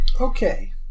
Okay